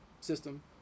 system